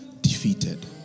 defeated